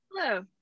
Hello